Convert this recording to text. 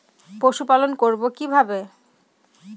পশুপালন করব কিভাবে?